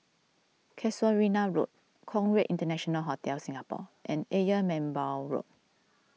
Casuarina Road Conrad International Hotel Singapore and Ayer Merbau Road